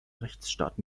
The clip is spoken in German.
rechtsstaat